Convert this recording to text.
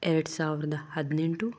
ಎರಡು ಸಾವಿರದ ಹದಿನೆಂಟು